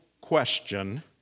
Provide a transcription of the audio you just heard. question